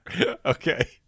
Okay